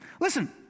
Listen